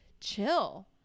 chill